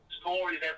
stories